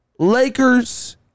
Lakers